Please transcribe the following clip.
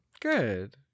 good